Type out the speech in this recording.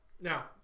Now